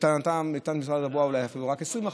ולטענת משרד התחבורה אולי אפילו רק 20%,